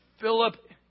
Philip